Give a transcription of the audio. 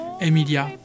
Emilia